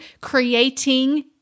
creating